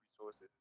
resources